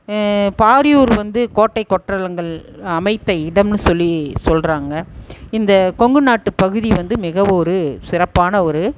பாரியூர் வந்து கோட்டை கொற்றலங்கள் அமைத்த இடம்னு சொல்லி சொல்கிறாங்க இந்த கொங்கு நாட்டுப்பகுதி வந்து மிகவும் ஒரு சிறப்பான ஒரு